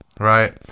Right